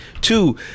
Two